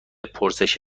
پرسش